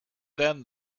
then